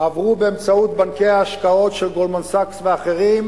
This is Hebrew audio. עברו באמצעות בנקי ההשקעות של "גולדמן-סאקס" ואחרים